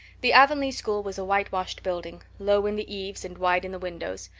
the avonlea school was a whitewashed building, low in the eaves and wide in the windows,